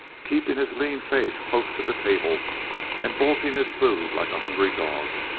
keeping his lean face close to the table and bolting his food like a hungry dog.